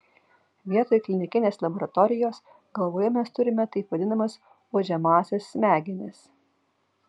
vietoj klinikinės laboratorijos galvoje mes turime taip vadinamas uodžiamąsias smegenis